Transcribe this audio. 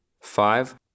five